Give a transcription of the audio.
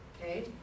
okay